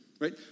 right